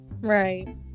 right